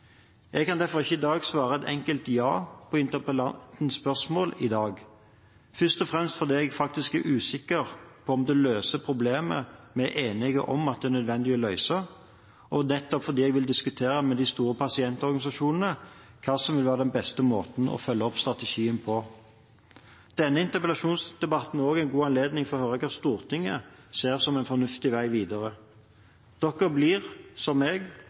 Jeg kan derfor ikke svare et enkelt ja på interpellantens spørsmål i dag, først og fremst fordi jeg faktisk er usikker på om det løser problemet som vi er enige om at det er nødvendig å løse, og fordi jeg nettopp vil diskutere med de store pasientorganisasjonene hva som vil være den beste måten å følge opp strategien på. Denne interpellasjonsdebatten er også en god anledning til å høre hva Stortinget ser som en fornuftig vei videre. Dere blir, som